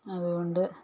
അതുകൊണ്ട്